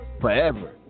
forever